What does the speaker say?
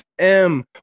FM